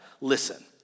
listen